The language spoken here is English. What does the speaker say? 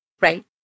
Right